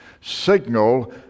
signal